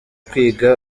kwiga